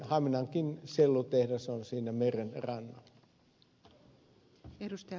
haminankin sellutehdas on siinä meren rannalla